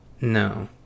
No